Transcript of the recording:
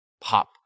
pop